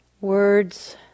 words